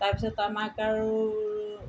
তাৰপিছত আমাক আৰু